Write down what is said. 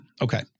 Okay